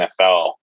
NFL